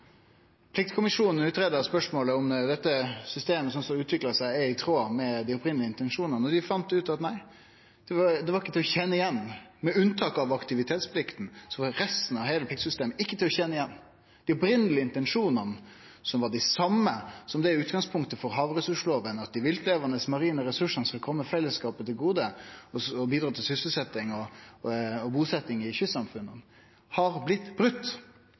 Pliktkommisjonen greidde ut spørsmålet om systemet slik det har utvikla seg, er i tråd med dei opphavlege intensjonane. Dei fann ut at nei, det var ikkje til å kjenne igjen. Med unntak av aktivitetsplikta var heile pliktsystemet ikkje til å kjenne igjen. Dei opphavlege intensjonane, som var dei same som utgangspunktet for havressursloven, at dei viltlevande marine ressursane skal kome fellesskapen til gode og bidra til sysselsetjing og busetjing i kystsamfunna, har blitt